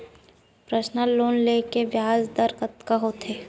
Personal loan ले के ब्याज दर कतका होथे?